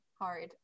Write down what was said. hard